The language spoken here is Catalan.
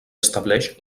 estableix